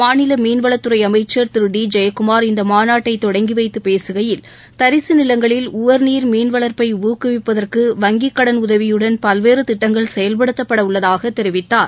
மாநில மீன்வளத்துறை அமைச்சர் திரு டி ஜெயக்குமார் இந்த மாநாட்டை தொடங்கி வைத்து பேசுகையில் தரிசு நிலங்களில் உவர்நீர் மீன்வளர்ப்பை ஊக்குவிப்பதற்கு வங்கிக் கடன் உதவியுடன் பல்வேறு திட்டங்கள் செயல்படுத்தப்படவுள்ளதாக தெரிவித்தார்